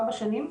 ארבע שנים,